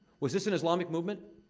was this an islamic movement?